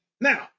Now